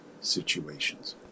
situations